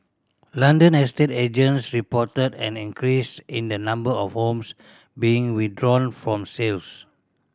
London estate agents reported an increase in the number of homes being withdrawn from sales